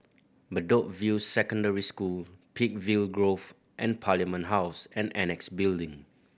Bedok View Secondary School Peakville Grove and Parliament House and Annexe Building